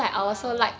!wow!